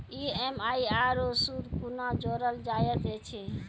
EMI आरू सूद कूना जोड़लऽ जायत ऐछि?